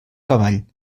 cavall